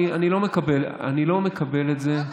אני לא מקבל את זה,